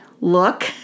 look